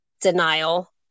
denial